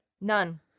None